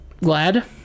glad